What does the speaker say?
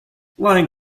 lying